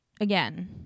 Again